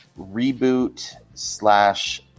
reboot-slash-